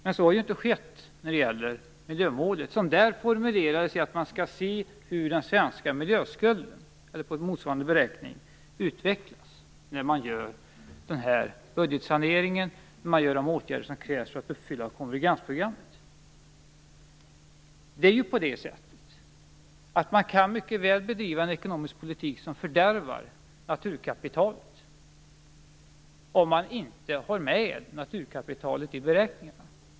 Men så har inte skett när det gäller miljömålet. Det formulerades som att man skall se hur den svenska miljöskulden, enligt motsvarande beräkning, utvecklas när man gör den här budgetsaneringen och vidtar de åtgärder som krävs för att uppfylla konvergensprogrammet. Man kan mycket väl bedriva en ekonomisk politik som fördärvar naturkapitalet om man inte har med det i beräkningarna.